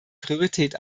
priorität